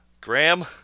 Graham